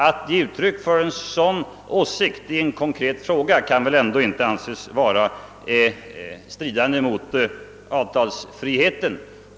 Att ge uttryck för en sådan åsikt i en konkret fråga kan väl ändå inte anses strida mot avtalsfriheten.